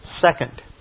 second